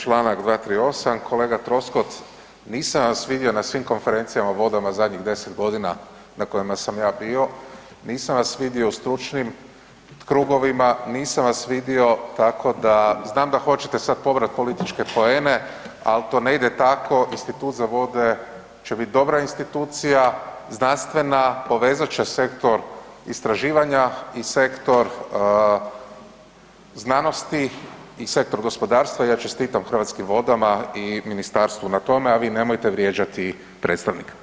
Čl. 238., kolega Troskot, nisam vas vidio na svim konferencijama voda na zadnjih 10 g. na kojima sam ja bio, nisam vas vidio u stručnim krugovima, nisam vas vidio, tako da znam da hoćete sad pobrat političke poene, ali to ne ide tako, Institut za vode će bit dobra institucija, znanstvena, povezat će sektor istraživanja i sektor znanosti i sektor gospodarstva i ja čestitam Hrvatskim vodama i ministarstvu na tome a vi nemojte vrijeđati predstavnika.